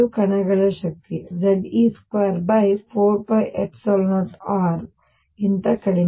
ಕಣಗಳ ಶಕ್ತಿ Ze24π0Rnucleus ಗಿಂತ ಕಡಿಮೆ